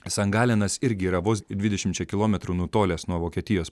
san galenas irgi yra vos dvidešimčia kilometrų nutolęs nuo vokietijos